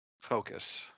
focus